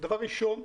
דבר ראשון,